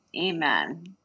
Amen